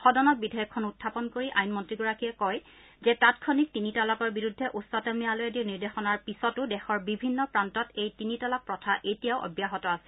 সদনত বিধেয়কখন উখাপন কৰি আইন মন্ত্ৰীগৰাকীয়ে কয় যে তাংক্ষণিক তিনি তালাকৰ বিৰুদ্ধে উচ্চতম ন্যায়ালয়ে দিয়া নিৰ্দেশনাৰ পিছতো দেশৰ বিভিন্ন প্ৰান্তত এই তিনি তালাক প্ৰক্ৰিয়া এতিয়াও অব্যাহত আছে